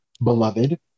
beloved